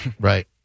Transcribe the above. Right